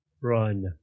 Run